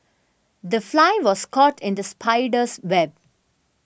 the fly was caught in the spider's web